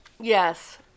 Yes